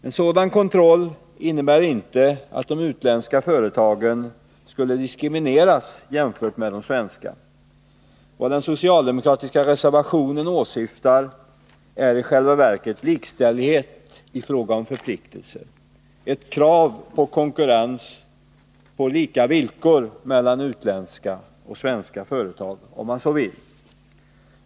En sådan kontroll innebär inte att de utländska företagen skulle diskrimineras i förhållande till de svenska. Den socialdemokratiska reservationen åsyftar i själva verket likställdhet i fråga om förpliktelser, ett krav på konkurrens på lika villkor mellan utländska och svenska företag, om man så vill.